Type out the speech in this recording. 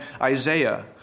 Isaiah